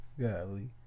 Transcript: Golly